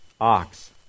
ox